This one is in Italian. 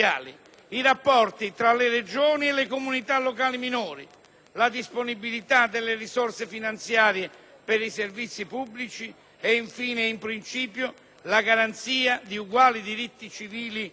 la disponibilità delle risorse finanziarie per i servizi pubblici e, in fine e in principio, la garanzia di uguali diritti civili e sociali per i cittadini.